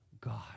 God